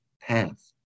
path